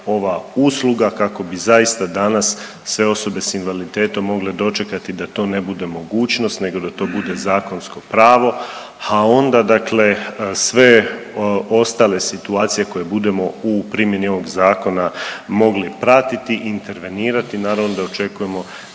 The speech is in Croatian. ova usluga kako bi zaista danas sve osobe s invaliditetom mogle dočekati da to ne bude mogućnost nego da to bude zakonsko pravo, a onda dakle sve ostale situacije koje budemo u primjeni ovog zakona mogli pratiti i intervenirati naravno da očekujemo